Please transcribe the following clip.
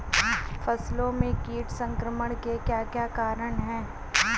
फसलों में कीट संक्रमण के क्या क्या कारण है?